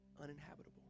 uninhabitable